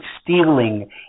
stealing